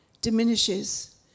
diminishes